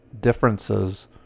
differences